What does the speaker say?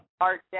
Art